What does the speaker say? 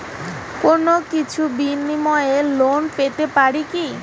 কোনো কিছুর বিনিময়ে লোন পেতে পারি কি?